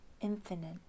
infinite